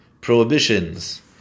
prohibitions